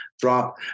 drop